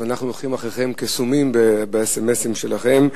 אנחנו הולכים אחריהם כסומים באס.אם.אסים שלכם.